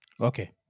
Okay